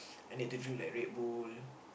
I need to drink like Red-Bull